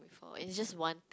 or is just one thing